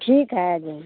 ठीक है आ जाइए